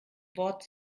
wort